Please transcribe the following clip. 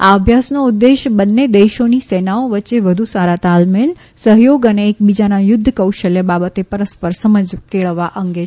આ અભ્યાસનો ઉદેશ્ય બંને દેશોની સેનાઓ વચ્ચે વધુ સારા તાલમેલ સહયોગ અને એક બીજાના યુધ્ધ કૌશલ્ય બાબતે પરસ્પર સમજ કેળવવા અંગે છે